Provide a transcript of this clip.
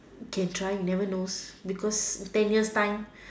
can try you never know because ten years' time